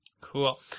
Cool